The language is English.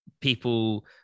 people